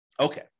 Okay